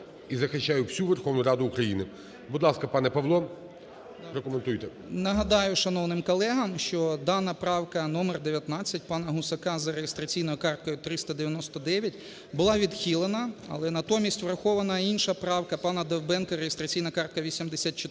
Нагадаю шановним колегам, що дана правка номер 19 пана Гусака, за реєстраційною карткою 399, була відхилена. Але натомість врахована інша правка – пана Довбенка, реєстраційна картка 84,